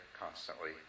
constantly